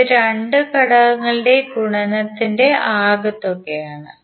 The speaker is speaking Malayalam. ഇത് 2 ഘടകങ്ങളുടെ ഗുണത്തിന്റെ ആകെത്തുകയാണ്